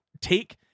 take